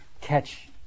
catch